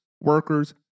workers